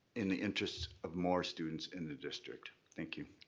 in the interest of more students in the district. thank you.